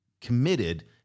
committed